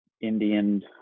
Indian